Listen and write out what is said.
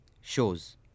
shows